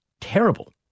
terrible